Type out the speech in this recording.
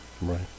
right